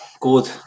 Good